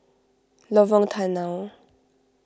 Lorong Tanau